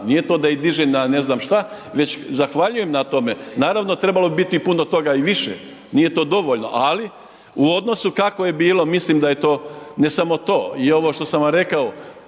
Nije to da ih diže na ne znam šta već zahvaljujem na tome, naravno, trebalo biti puno toga i više, nije to dovoljno, ali u odnosu kako je bilo, mislim da je to ne samo to, i ovo što sam vam rekao,